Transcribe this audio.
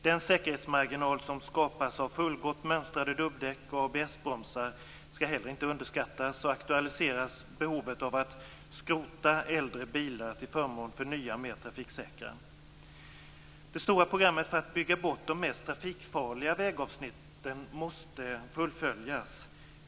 Den säkerhetsmarginal som skapas av fullgott mönstrade dubbdäck och ABS-bromsar skall inte heller underskattas, och det aktualiserar behovet av att skrota äldre bilar till förmån för nya, mer trafiksäkra. Det stora programmet för att bygga bort de mest trafikfarliga vägavsnitten måste fullföljas.